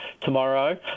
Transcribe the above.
tomorrow